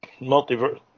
multiverse